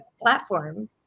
platform